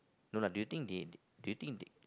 no lah do you think they do you think they